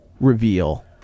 reveal